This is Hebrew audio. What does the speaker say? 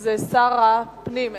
הוא שר הפנים.